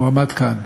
הוא עמד כאן.